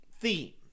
theme